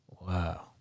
Wow